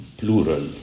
plural